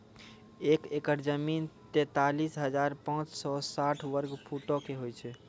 एक एकड़ जमीन, तैंतालीस हजार पांच सौ साठ वर्ग फुटो के होय छै